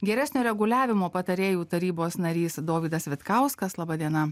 geresnio reguliavimo patarėjų tarybos narys dovydas vitkauskas laba diena